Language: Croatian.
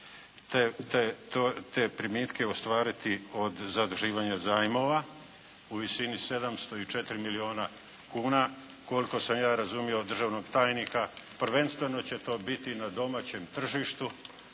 te primitke ostvariti od zaduživanja zajmova u visini 704 milijuna kuna. Koliko sam ja razumio od državnog tajnika prvenstveno će to biti na domaćem tržištu